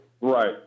Right